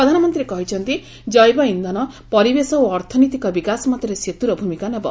ପ୍ରଧାନମନ୍ତ୍ରୀ କହିଛନ୍ତି ଜୈବ ଇନ୍ଧନ ପରିବେଶ ଓ ଅର୍ଥନୈଅତିକ ବିକାଶ ମଧ୍ୟରେ ସେତୁର ଭୂମିକା ନେବ